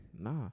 nah